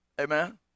amen